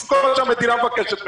את כל מה שהמדינה מבקשת מהם,